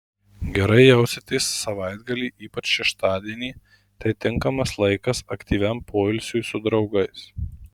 gerai jausitės savaitgalį ypač šeštadienį tai tinkamas laikas aktyviam poilsiui su draugais